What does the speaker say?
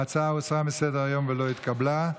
ההצעה הוסרה מסדר-היום ולא התקבלה.